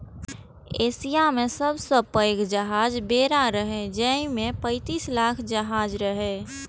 Asia मे सबसं पैघ जहाजक बेड़ा रहै, जाहि मे पैंतीस लाख जहाज रहै